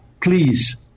Please